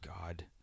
God